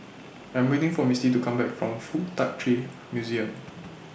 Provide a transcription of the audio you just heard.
I'm waiting For Misti to Come Back from Fuk Tak Chi Museum